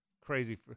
crazy